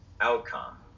outcome